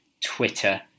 Twitter